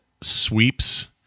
sweeps